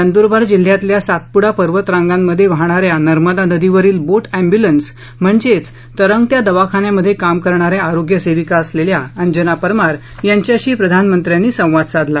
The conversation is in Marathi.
नंदुरबार जिल्ह्यातील सातपुडा पर्वत रांगांमध्ये वाहणाऱ्या नर्मदा नदीवरील बोट अँन्ब्युलंन्स म्हणजेच तरंगत्या दवाखान्यामध्ये काम करणाऱ्या आरोग्यसेविका असलेल्या अंजना परमार यांच्याशी प्रधानमंत्र्यांनी संवाद साधला